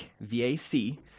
V-A-C